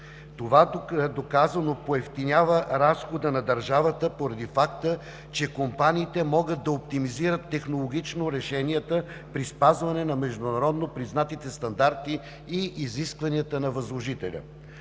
Това доказано поевтинява разхода на държавата поради факта, че компаниите могат да оптимизират технологично решенията при спазване на международно признатите стандарти и изискванията на възложителя.